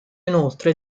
inoltre